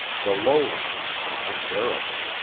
the low-lands were unbearable.